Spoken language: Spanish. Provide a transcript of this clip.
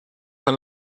han